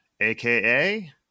aka